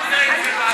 רק זה יש לך,